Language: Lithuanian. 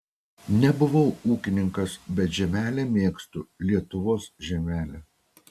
nebuvau ūkininkas bet žemelę mėgstu lietuvos žemelę